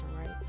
right